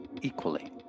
equally